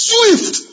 Swift